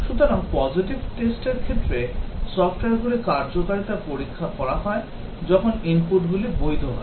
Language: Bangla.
সুতরাং positive test র ক্ষেত্রে সফ্টওয়্যারগুলির কার্যকারিতা পরীক্ষা করা হয় যখন input গুলি বৈধ হয়